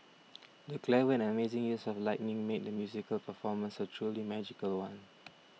the clever and amazing use of lighting made the musical performance a truly magical one